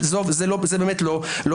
זה לא הדיון.